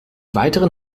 weiteren